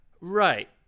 Right